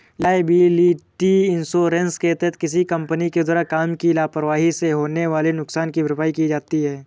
liability insurance के तहत किसी कंपनी के द्वारा काम की लापरवाही से होने वाले नुकसान की भरपाई की जाती है